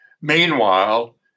Meanwhile